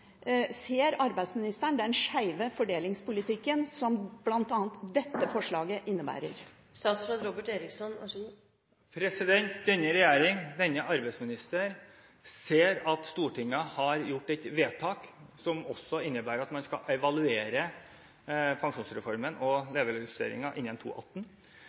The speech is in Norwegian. den skeive fordelingspolitikken som bl.a. dette forslaget innebærer? Denne regjeringen, denne arbeidsministeren, ser at Stortinget har gjort et vedtak som også innebærer at man skal evaluere pensjonsreformen og levealdersjusteringen innen